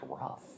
rough